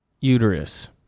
uterus